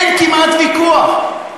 אין כמעט ויכוח.